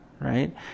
Right